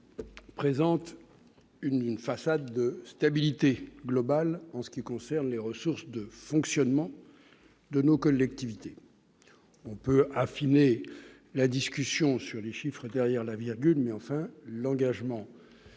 présente une façade de stabilité globale en ce qui concerne les ressources de fonctionnement de nos collectivités, on peut affiner la discussion sur les chiffres derrière la virgule, mais enfin l'engagement